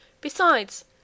Besides